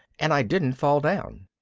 and i didn't fall down.